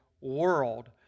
world